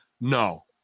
No